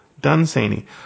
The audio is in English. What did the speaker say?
Dunsany